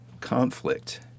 conflict